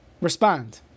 respond